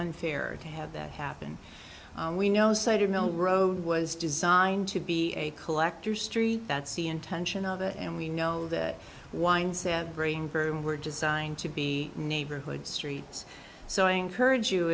unfair to have that happen we know cider mill road was designed to be a collector's tree that's the intention of it and we know that winds have brain broom were designed to be neighborhood streets so i encourage you